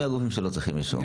ומיהם הגופים שלא צריכים אישור?